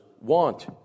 want